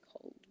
cold